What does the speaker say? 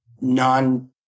non